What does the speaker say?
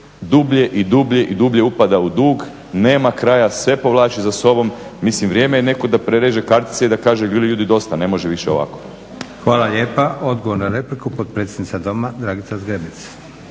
sve dublje i dublje upada u dug, nema kraja, sve povlači za sobom. Mislim vrijeme je netko da prereže kartice i da kaže ljudi dosta, ne može više ovako.